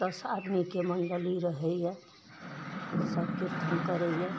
दस आदमीके मण्डली रहैए सभ किरतन करैए